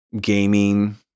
gaming